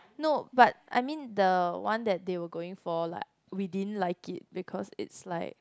no but I mean the one that they were going for like we didn't like it because it's like